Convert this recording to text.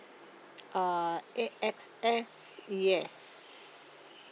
uh A_X_S yes